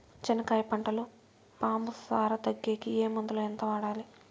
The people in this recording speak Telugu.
చెనక్కాయ పంటలో పాము సార తగ్గేకి ఏ మందులు? ఎంత వాడాలి?